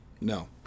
No